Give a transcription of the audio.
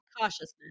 Cautiousness